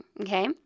okay